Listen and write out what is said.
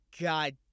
god